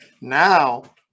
Now